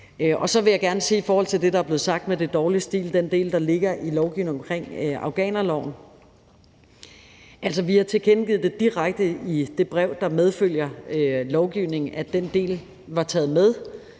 Så vil jeg gerne sige i forhold til det, der er blevet sagt om, at det er dårlig stil, altså den del, der ligger i lovgivningen omkring afghanerloven: Altså, vi har tilkendegivet direkte i det brev, der følger med lovgivningen, at den del var taget med,